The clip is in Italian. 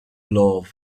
love